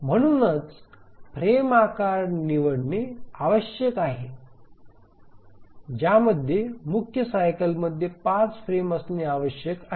म्हणूनच फ्रेम आकार निवडणे आवश्यक आहे ज्यामध्ये मुख्य सायकल मध्ये पाच फ्रेम असणे आवश्यक आहे